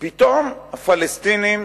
פתאום הפלסטינים